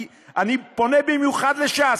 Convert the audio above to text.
אני פונה במיוחד לש"ס.